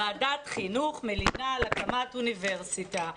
ועדת חינוך מלינה על הקמת אוניברסיטה.